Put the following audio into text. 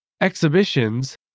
exhibitions